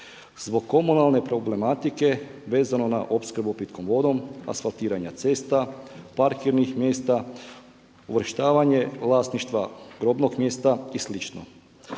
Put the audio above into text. zbog komunalne problematike vezano na opskrbu pitkom vodom, asfaltiranja cesta, parkirnih mjesta, uvrštavanje vlasništva grobnog mjesta i